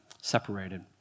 separated